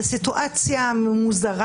זו סיטואציה מוזרה,